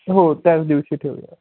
हो त्याच दिवशी ठेवूया